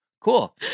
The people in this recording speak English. Cool